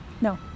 No